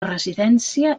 residència